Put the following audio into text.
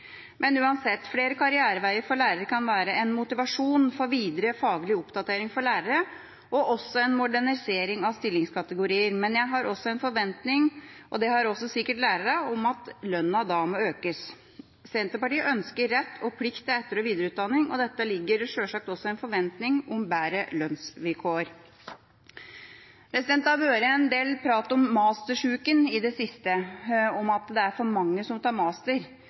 Men jeg har også en forventning, og det har også sikkert lærerne, om at lønna må økes. Senterpartiet ønsker rett og plikt til etter- og videreutdanning, og i dette ligger det sjølsagt også en forventning om bedre lønnsvilkår. Det har vært en del prat om «mastersyken» i det siste, om at det er for mange som tar master.